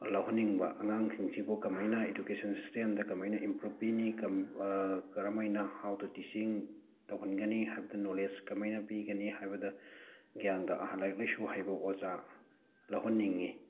ꯂꯧꯍꯟꯅꯤꯡꯕ ꯑꯉꯥꯡꯁꯤꯡꯁꯤꯕꯨ ꯀꯃꯥꯏꯅ ꯏꯗꯨꯀꯦꯁꯟ ꯁꯤꯁꯇꯦꯝꯗ ꯀꯃꯥꯏꯅ ꯏꯝꯄ꯭ꯔꯨꯞ ꯄꯤꯅꯤ ꯀꯔꯝ ꯍꯥꯏꯅ ꯍꯥꯎ ꯇꯨ ꯇꯤꯆꯤꯡ ꯇꯧꯍꯟꯒꯅꯤ ꯍꯥꯏꯕꯗꯤ ꯅꯣꯂꯦꯁ ꯀꯃꯥꯏꯅ ꯄꯤꯒꯅꯤ ꯍꯥꯏꯕꯗ ꯒ꯭ꯌꯥꯟ ꯂꯥꯏꯔꯤꯛ ꯂꯥꯏꯁꯨ ꯍꯩꯕ ꯑꯣꯖꯥ ꯂꯧꯍꯟꯅꯤꯡꯉꯤ